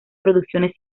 producciones